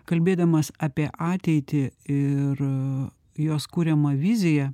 kalbėdamas apie ateitį ir jos kuriamą viziją